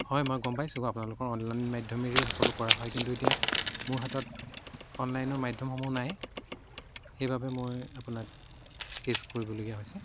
হয় মই গম পাইছোঁ আপোনালোকৰ অনলাইন মাধ্য়মেৰেই সকলো কৰা হয় কিন্তু এতিয়া মোৰ হাতত অনলাইনৰ মাধ্য়মসমূহ নাই সেইবাবে মই আপোনাক কেছ কৰিবলগীয়া হৈছে